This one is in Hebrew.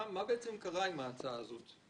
מה בעצם קרה עם ההצעה הזאת?